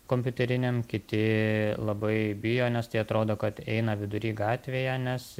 kompiuteriniam kiti labai bijo nes tai atrodo kad eina vidury gatvėje nes